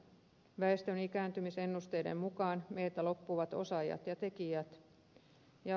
väestön ikääntymisennusteiden mukaan meiltä loppuvat osaajat ja tekijät